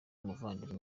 umuvandimwe